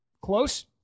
Close